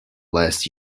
last